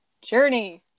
Journey